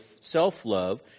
self-love